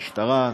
המשטרה,